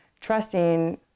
trusting